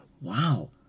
wow